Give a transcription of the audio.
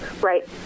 right